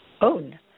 own